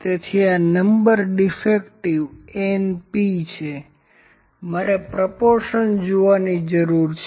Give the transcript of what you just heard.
તેથી આ number defective છે મારે પ્રોપોર્શન જોવાની જરૂર છે